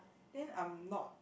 then I'm not